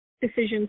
decisions